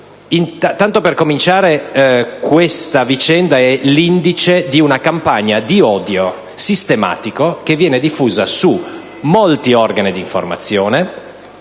via. Innanzi tutto, questa vicenda è l'indice di una campagna di odio sistematico che viene diffusa su molti organi di informazione,